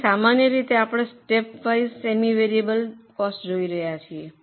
તેથી સામાન્ય રીતે આપણે stepwise semi variable cost જોઈ રહયા છીએ